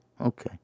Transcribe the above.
Okay